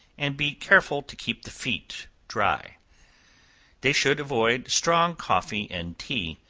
and be careful to keep the feet dry they should avoid strong coffee and tea,